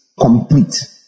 complete